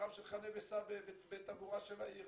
של חנה וסע בתעבורה של העיר.